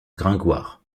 gringoire